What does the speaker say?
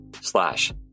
slash